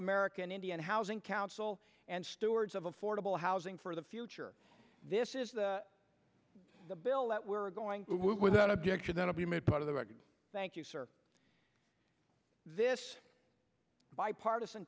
american indian housing council and stewards of affordable housing for the future this is the the bill that we're going without objection to be made part of the record thank you sir this bipartisan